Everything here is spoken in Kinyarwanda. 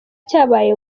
cyabaye